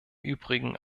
übrigen